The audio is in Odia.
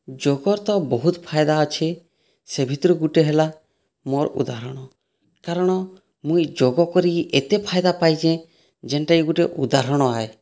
ଯୋଗର୍ ତ ବହୁତ୍ ଫାଇଦା ଅଛେ ସେ ଭିତ୍ରୁ ଗୁଟେ ହେଲା ମୋର୍ ଉଦାହରଣ କାରଣ ମୁଇଁ ଯୋଗ କରିକି ଏତେ ଫାଇଦା ପାଇଚେଁ ଯେନ୍ଟାକି ଗୁଟେ ଉଦାହରଣ ଆଏ